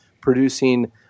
producing